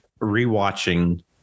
rewatching